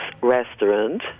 restaurant